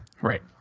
Right